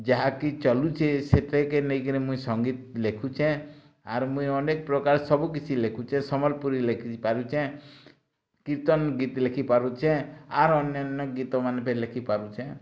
ଯାହାକି ଚଲୁଛେ ସେ ନେଇକିରି ମୁଇଁ ସଙ୍ଗୀତ ଲେଖୁଛେ ଆରୁ ମୁଇଁ ଅନେକ୍ ପ୍ରକାର୍ ସବୁ କିଛି ଲେଖୁଛେ ସମ୍ବଲପୁରୀ ଲେଖିପାରୁଛେ କୀର୍ତ୍ତନ ଗୀତ୍ ଲେଖିପାରୁଛେ ଆର୍ ଅନ୍ୟାନ ଗୀତମାନେ ବି ଲେଖିପାରୁଛେ